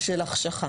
החשכה.